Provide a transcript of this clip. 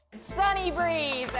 sonny breeze,